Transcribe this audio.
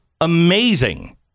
amazing